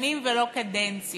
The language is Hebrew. שנים, ולא קדנציות,